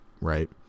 right